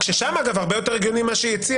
רק ששם, אגב, הרבה יותר הגיוני מה שהציעה